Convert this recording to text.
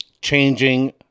changing